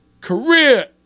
career